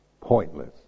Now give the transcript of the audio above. pointless